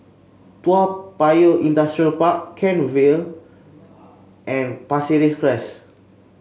Toa Payoh Industrial Park Kent Vale and Pasir Ris Crest